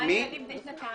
מה עם ילדים בני שנתיים?